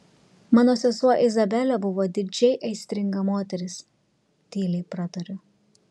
mano sesuo izabelė buvo didžiai aistringa moteris tyliai pratariu